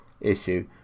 issue